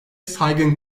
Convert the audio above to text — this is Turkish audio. saygın